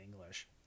English